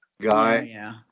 guy